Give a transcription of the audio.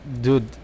dude